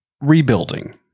Rebuilding